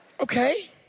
Okay